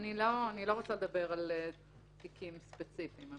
אני לא רוצה לדבר על תיקים ספציפיים.